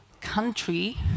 country